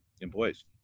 employees